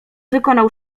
wykonał